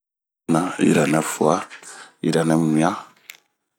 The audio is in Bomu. yiranɛfua, yiranɛmwian..